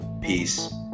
peace